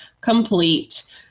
complete